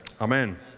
Amen